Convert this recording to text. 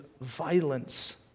violence